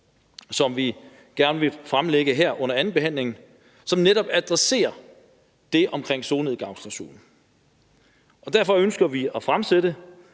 som vi gerne vil fremlægge her under andenbehandlingen, som netop adresserer det omkring solnedgangsklausulen, og derfor ønsker vi, at der efter